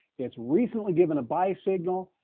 it's recently given a buy signal.